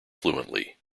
fluently